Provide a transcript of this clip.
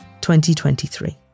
2023